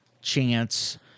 chance